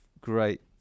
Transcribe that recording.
great